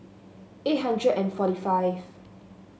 eight hundred and forty five